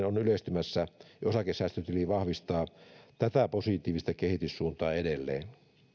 on yleistymässä ja osakesäästötili vahvistaa tätä positiivista kehityssuuntaa edelleen